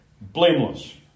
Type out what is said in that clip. blameless